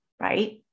right